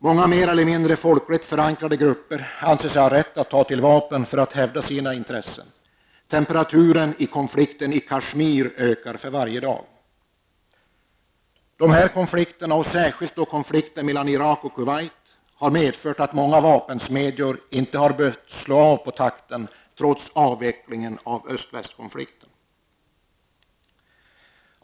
Många mer eller mindre folkligt förankrade grupper anser sig ha rätt att ta till vapen för att hävda sina intressen. Temperaturen i konflikten i Kashmir ökar för varje dag. Dessa konflikter, och särskilt konflikten mellan Irak och Kuwait, har medfört att många vapensmedjor inte har behövt slå av på takten, trots avvecklingen av öst--västkonflikten.